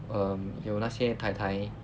um 有那些 tai tai